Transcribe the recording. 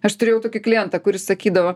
aš turėjau tokį klientą kuris sakydavo